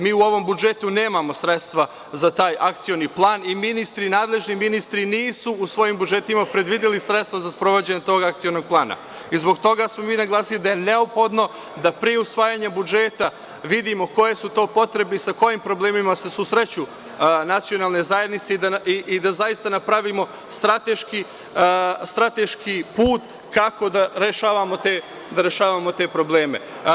Mi u ovom budžetu nemamo sredstva za taj akcioni plan i ministri nadležni nisu u svojim budžetima predvideli sredstva za sprovođenje tog akcionog plana i zbog toga smo mi naglasili da je neophodno da pre usvajanja budžeta vidimo koje su to potrebe i sa kojim problemima se susreću nacionalne zajednice i da zaista napravimo strateški put kako da rešavamo te probleme.